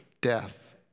death